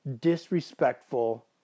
disrespectful